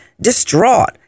distraught